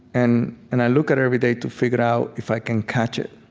and and i look at it every day to figure out if i can catch it,